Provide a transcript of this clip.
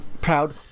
Proud